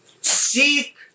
seek